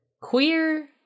queer